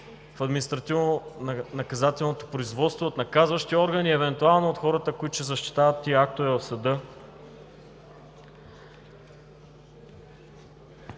в административно-наказателното производство, от наказващия орган и евентуално от хората, които ще защитават тези актове в съда.